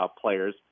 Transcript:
players